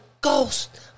ghost